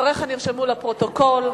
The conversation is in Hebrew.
דבריך נרשמו לפרוטוקול.